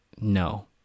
No